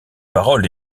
paroles